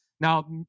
Now